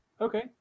Okay